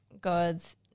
God's